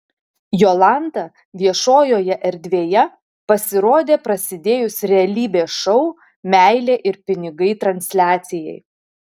jolanta viešojoje erdvėje pasirodė prasidėjus realybės šou meilė ir pinigai transliacijai